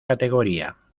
categoría